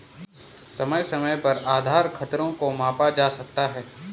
समय समय पर आधार खतरों को मापा जा सकता है